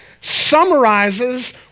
summarizes